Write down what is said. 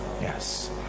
yes